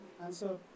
answer